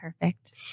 Perfect